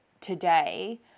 today